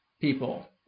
people